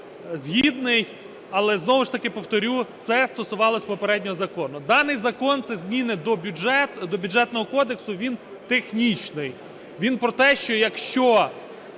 згідний. Але знову ж таки повторю, це стосувалось попереднього закону. Даний закон – це змін до Бюджетного кодексу, він технічний. Він про те, що якщо